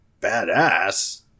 Badass